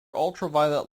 ultraviolet